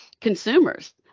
consumers